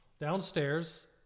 downstairs